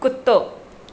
कुतो